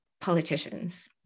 politicians